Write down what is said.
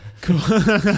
Cool